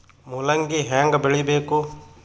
ಮೂಲಂಗಿ ಹ್ಯಾಂಗ ಬೆಳಿಬೇಕು?